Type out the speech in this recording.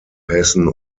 hessen